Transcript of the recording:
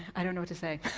i don't know what to say.